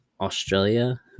Australia